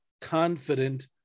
confident